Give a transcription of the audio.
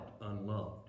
unloved